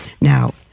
Now